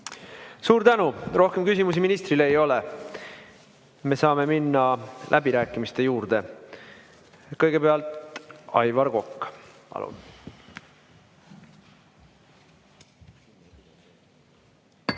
Suur tänu! Rohkem küsimusi ministrile ei ole. Me saame minna läbirääkimiste juurde. Kõigepealt Aivar Kokk.